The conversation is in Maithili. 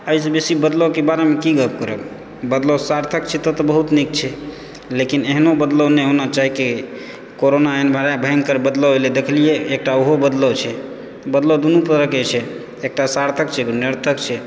एहिसँ बेसी बदलावके बारेमे की गप्प करब बदलाव सार्थक छै तब तऽ बहुत नीक छै लेकिन एहनो बदलाव नहि होना चाही कि कोरोना एहन भयङ्कर बदलाव एलै देखलियै एकटा ओहो बदलाव छै बदलाव दुनू तरहके छै एकटा सार्थक छै एगो निरर्थक छै